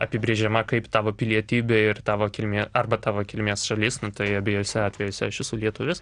apibrėžiama kaip tavo pilietybė ir tavo kilmė arba tavo kilmės šalis nu tai abiejuose atvejuose aš esu lietuvis